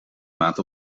maand